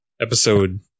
episode